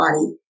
body